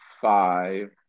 five